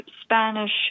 Spanish